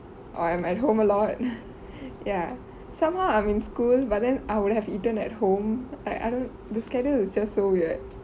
or I am at home a lot ya somehow I'm in school but then I would have eaten at home I don't the schedule is just so weird